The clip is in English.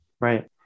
Right